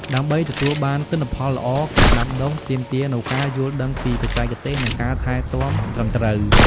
ដើម្បីទទួលបានទិន្នផលល្អ ការដាំដុះទាមទារនូវការយល់ដឹងពីបច្ចេកទេស និងការថែទាំត្រឹមត្រូវ។